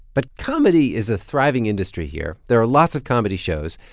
but comedy is a thriving industry here. there are lots of comedy shows.